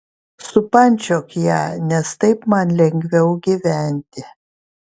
supančiok ją nes taip man lengviau gyventi